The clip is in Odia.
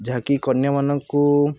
ଯାହାକି କନ୍ୟାମାନଙ୍କୁ